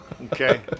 Okay